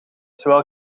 zowel